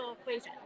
equation